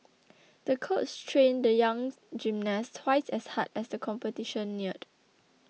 the coach trained the young gymnast twice as hard as the competition neared